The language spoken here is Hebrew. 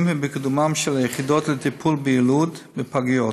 ובקידומן של היחידות לטיפול ביילוד בפגיות.